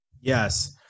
Yes